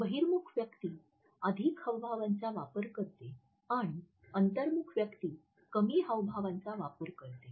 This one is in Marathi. आणि बहिर्मुख व्यक्ती अधिक हावभावांचा वापर करते आणि अंतर्मुख व्यक्ती कमी हावभावांचा वापर करते